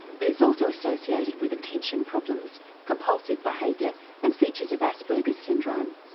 but it's also associated with attention problems, compulsive behaviour and features of asperger's syndrome.